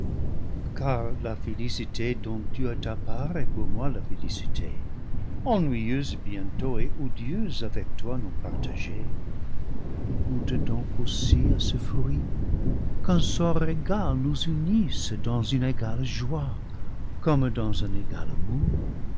car la félicité dont tu as ta part est pour moi la félicité ennuyeuse bientôt et odieuse avec toi non partagée goûte donc aussi à ce fruit qu'un sort égal nous unisse dans une égale joie comme dans un égal amour